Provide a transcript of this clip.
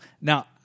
Now